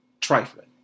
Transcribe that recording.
trifling